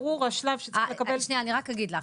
ברור השלב שצריך לקבל -- שנייה אני רק אגיד לך.